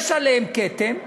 יש עליהן כתם,